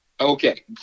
Okay